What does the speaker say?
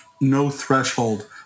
no-threshold